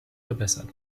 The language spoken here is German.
verbessert